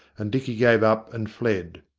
and dicky gave up and fled.